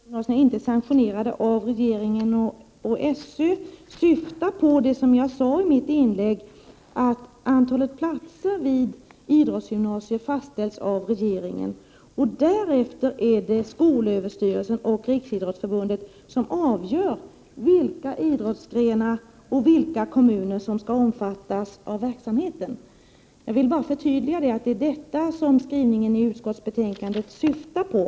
Herr talman! De regionala idrottsgymnasierna är inte sanktionerade av regeringen och SÖ, och det har att göra med, som jag sade i mitt inlägg, att antalet platser vid idrottsgymnasier fastställs av regeringen, varefter SÖ och Riksidrottsförbundet avgör vilka idrottsgrenar och vilka kommuner som skall omfattas av verksamheten. Jag vill bara förtydliga att det är detta som skrivningen i utskottsbetänkandet syftar på.